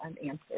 unanswered